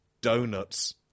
donuts